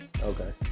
Okay